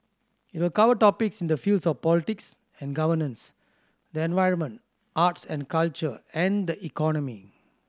it will cover topics in the fields of politics and governance the environment arts and culture and the economy